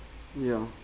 yeah